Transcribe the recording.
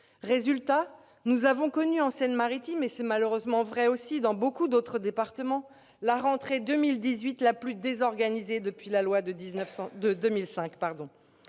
Résultat, nous avons vécu, en Seine-Maritime- c'est malheureusement vrai dans beaucoup d'autres départements -, la rentrée 2018 la plus désorganisée depuis la loi de 2005.